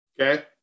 Okay